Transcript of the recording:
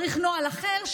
צריך נוהל אחר,